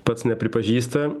pats nepripažįsta